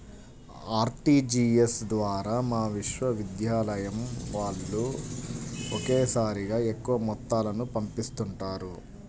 RTGS ద్వారా మా విశ్వవిద్యాలయం వాళ్ళు ఒకేసారిగా ఎక్కువ మొత్తాలను పంపిస్తుంటారు